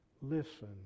Listen